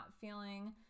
feeling